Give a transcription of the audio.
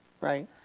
right